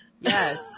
Yes